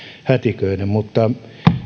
hätiköiden mutta